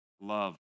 love